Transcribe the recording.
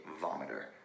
vomiter